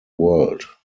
world